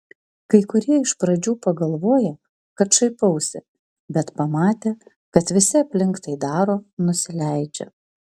kai kurie iš pradžių pagalvoja kad šaipausi bet pamatę kad visi aplink tai daro nusileidžia